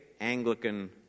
Anglican